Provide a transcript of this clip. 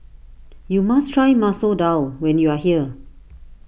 you must try Masoor Dal when you are here